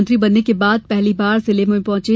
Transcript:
मंत्री बनने के बाद पहली बार जिले में पहुंचे